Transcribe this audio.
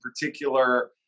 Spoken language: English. particular